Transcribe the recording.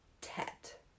Tet